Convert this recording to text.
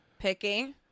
picky